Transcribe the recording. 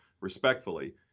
respectfully